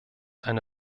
eine